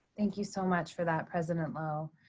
thank you so much for that, president loh.